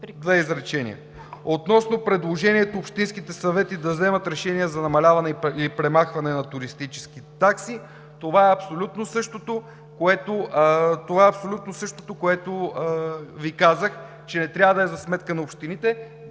две изречения. Относно предложението общинските съвети да вземат решения за намаляване и премахване на туристически такси – това е абсолютно същото, което казах, че не трябва да е за сметка на общините.